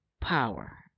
power